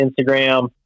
Instagram